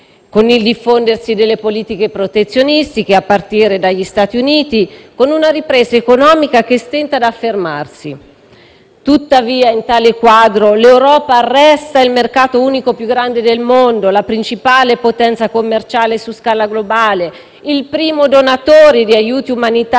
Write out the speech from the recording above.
con il diffondersi di politiche protezionistiche, a partire dagli Stati Uniti, con una ripresa economica che stenta ad affermarsi. Tuttavia, in tale quadro, l'Europa resta il mercato unico più grande del mondo, la principale potenza commerciale su scala globale, il primo donatore di aiuti umanitari